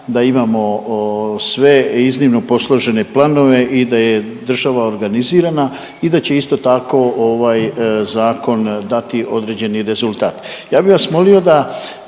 da imamo sve iznimno posložene planove i da je država organizirana i da će isto tako ovaj zakon dati određeni rezultat.